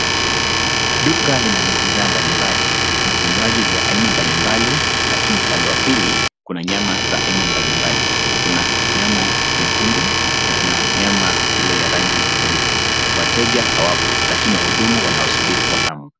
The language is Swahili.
Duka lina bidhaa mbalimbali, kuna vinywaji vya aina mbalimbali, lakini upande wa pili kuna nyama za aina mbali mbali, kuna nyama nyekundu na kuna nyama ile ya rangi nyeupe. Wateja hawapo lakini wahudumu wanawasubiri kwa hamu.